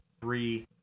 three